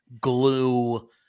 glue